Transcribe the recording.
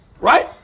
Right